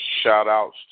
shout-outs